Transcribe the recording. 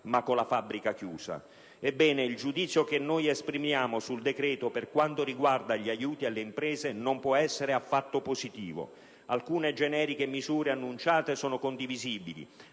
ma con la fabbrica chiusa». Ebbene, il giudizio che noi esprimiamo sul decreto, per quanto riguarda gli aiuti alle imprese, non può essere affatto positivo. Alcune generiche misure annunciate sono condivisibili,